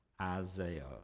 Isaiah